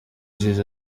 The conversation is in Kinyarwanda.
jiji